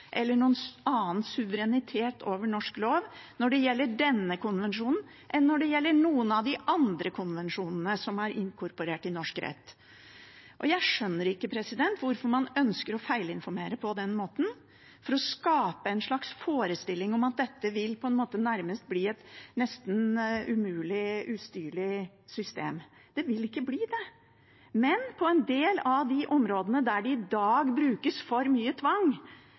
eller noen annen suverenitet over norsk lov når det gjelder denne konvensjonen, enn når det gjelder noen av de andre konvensjonene som er inkorporert i norsk rett. Jeg skjønner ikke hvorfor man ønsker å feilinformere på den måten, for å skape en slags forestilling om at dette nærmest vil bli et umulig, ustyrlig system. Det vil ikke bli det. Men på en del av de områdene der det i dag brukes for mye tvang,